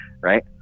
Right